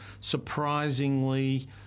surprisingly